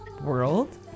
world